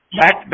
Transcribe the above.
back